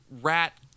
Rat